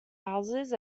houses